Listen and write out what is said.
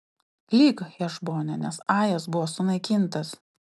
klyk hešbone nes ajas buvo sunaikintas